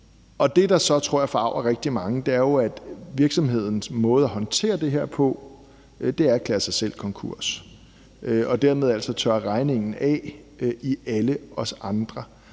jeg, forarger rigtig mange, er jo, at virksomhedens måde at håndtere det her på er at erklære sig selv konkurs og dermed altså tørre regningen af på alle os andre.